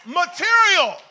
material